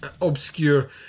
obscure